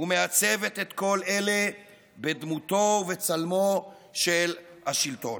ומעצבת את כל אלה בדמותו ובצלמו של השלטון.